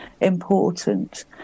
important